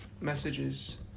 messages